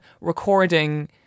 recording